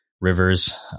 rivers